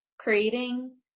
Creating